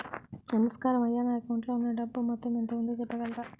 నమస్కారం అయ్యా నా అకౌంట్ లో ఉన్నా డబ్బు మొత్తం ఎంత ఉందో చెప్పగలరా?